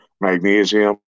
magnesium